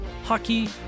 hockey